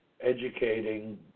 educating